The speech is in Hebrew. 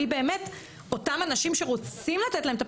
והיא באמת אותם אנשים שרוצים לתת להם,